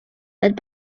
led